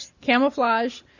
camouflage